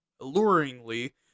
alluringly